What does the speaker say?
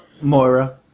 Moira